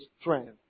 strength